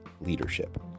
leadership